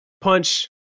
punch